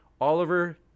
Oliver